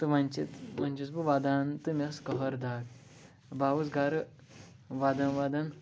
تہٕ وۄنۍ چھِ وۄنۍ چھُس بہٕ وَدان تہٕ مےٚ ٲس کٕہٕر دَگ بہٕ آوُس گَرٕ وَدَان وَدَان